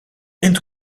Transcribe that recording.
int